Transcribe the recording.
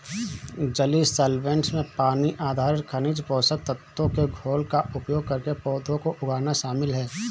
जलीय सॉल्वैंट्स में पानी आधारित खनिज पोषक तत्वों के घोल का उपयोग करके पौधों को उगाना शामिल है